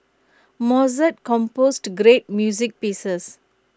Mozart composed great music pieces